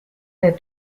der